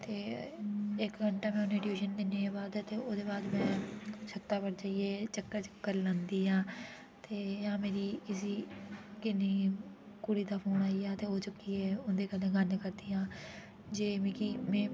ते इक घैंटा में उ'नें गी ट्यूशन दि'न्नी आं बाद ते ओह्दे बाद में छत्ता पर जाइयै चक्कर चूक्कर लांदी आं ते जां मेरी किसी कि'न्नी कुड़ी दा फ़ोन आई जा ते ओह् चुक्कियै उ'न्दे कन्नै गल्ल करदी आं जे मिगी में